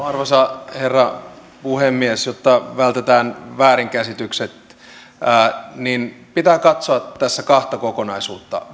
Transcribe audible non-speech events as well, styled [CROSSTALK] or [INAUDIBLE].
[UNINTELLIGIBLE] arvoisa herra puhemies jotta vältetään väärinkäsitykset niin pitää katsoa tässä kahta kokonaisuutta